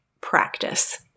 practice